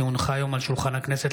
כי הונחה היום על שולחן הכנסת,